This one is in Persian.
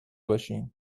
باشین